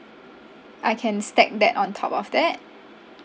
I can stack that on top of that